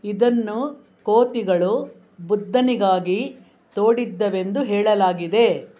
ಇದನ್ನು ಕೋತಿಗಳು ಬುದ್ಧನಿಗಾಗಿ ತೋಡಿದ್ದವೆಂದು ಹೇಳಲಾಗಿದೆ